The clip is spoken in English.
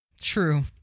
True